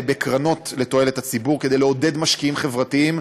בקרנות לתועלת הציבור כדי לעודד משקיעים חברתיים.